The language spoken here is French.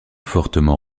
fortement